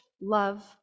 love